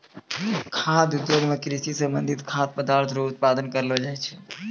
खाद्य उद्योग मे कृषि से संबंधित खाद्य पदार्थ रो उत्पादन करलो जाय छै